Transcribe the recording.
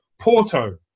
Porto